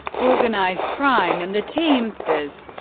organized crime and the teamsters